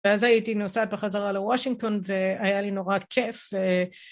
ואז הייתי נוסעת בחזרה לוושינגטון והיה לי נורא כיף.